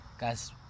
Guys